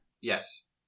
Yes